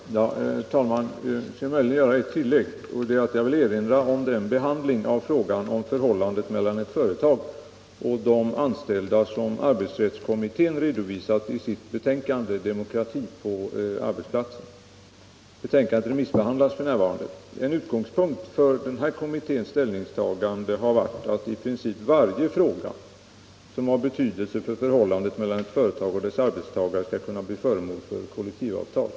Herr talman! Jag skall göra ett tillägg. Jag vill erinra om den behandling av frågan om förhållandet mellan ett företag och dess anställda som arbetsrättskommittén redovisat i sitt betänkande Demokrati på arbetsplatsen. Betänkandet remissbehandlas f.n. En utgångspunkt för den här kommitténs ställningstagande har varit att i princip varje fråga som har betydelse för förhållandet mellan ett företag och dess arbetstagare skall kunna bli föremål för kollektivavtal.